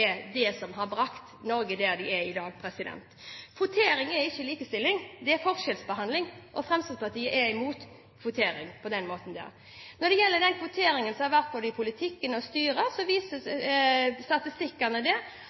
eller fedrekvoten har brakt Norge dit vi er i dag. Kvotering er ikke likestilling. Det er forskjellsbehandling. Og Fremskrittspartiet er imot kvotering på den måten. Når det gjelder den kvoteringen som har vært både i politikken og styrer, viser statistikkene at det er ikke flere kvinner i politikken. Det